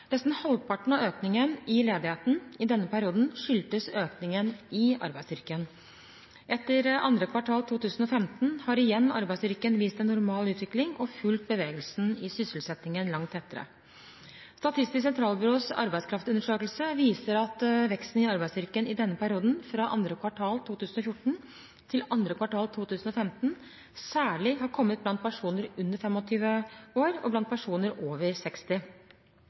Nesten halvparten av økningen i ledigheten i denne perioden skyldtes økningen i arbeidsstyrken. Etter andre kvartal 2015 har arbeidsstyrken igjen vist en normal utvikling og fulgt bevegelsen i sysselsettingen langt tettere. Statistisk sentralbyrås arbeidskraftundersøkelse viser at veksten i arbeidsstyrken i denne perioden, fra andre kvartal 2014 til andre kvartal 2015, særlig har kommet blant personer under 25 år og blant personer over 60